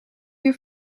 you